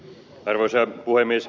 arvoisa puhemies